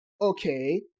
okay